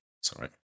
Sorry